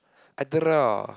I draw